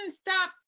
stop